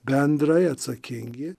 bendrai atsakingi